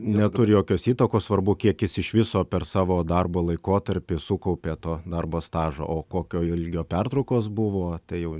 neturi jokios įtakos svarbu kiek jis iš viso per savo darbo laikotarpį sukaupė to darbo stažo o kokio ilgio pertraukos buvo tai jau